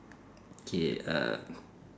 K uh